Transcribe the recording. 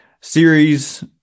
series